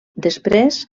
després